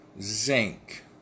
zinc